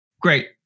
Great